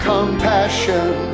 Compassion